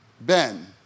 Ben